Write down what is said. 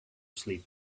sleep